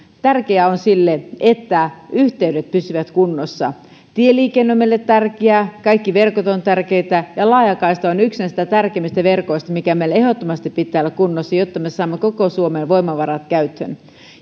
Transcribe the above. tärkeää on että yhteydet pysyvät kunnossa tieliikenne on meille tärkeää kaikki verkot ovat tärkeitä ja laajakaista on yksi näistä tärkeimmistä verkoista mitkä meillä ehdottomasti pitää olla kunnossa jotta me saamme koko suomen voimavarat käyttöön